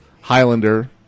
Highlander